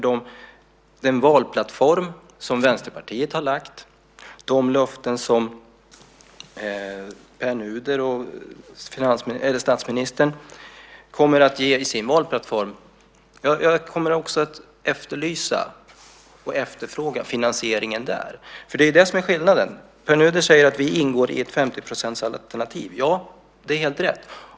Den valplattform som Vänsterpartiet har och de löften som Pär Nuder och statsministern kommer att ge i sin valplattform kommer jag också att efterfråga finansieringen av. Det är det som är skillnaden. Pär Nuder säger att vi ingår i ett 50-procentsalternativ. Ja, det är helt rätt.